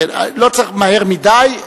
לא צריך מהר מדי.